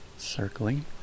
circling